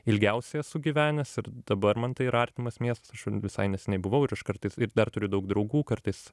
ilgiausiai esu gyvenęs ir dabar man tai yra artimas miestas visai neseniai buvau ir aš kartais ir dar turiu daug draugų kartais